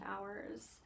hours